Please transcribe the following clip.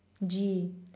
G